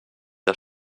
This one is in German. der